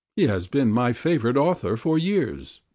he has been my favourite author for years!